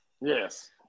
Yes